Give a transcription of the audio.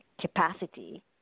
capacity